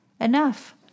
Enough